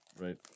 right